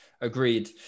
Agreed